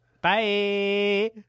bye